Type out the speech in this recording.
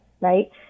right